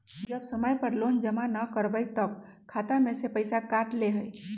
जब समय पर लोन जमा न करवई तब खाता में से पईसा काट लेहई?